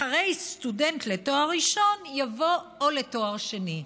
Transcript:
אחרי "סטודנט לתואר ראשון" יבוא "או לתואר שני".